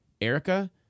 Erica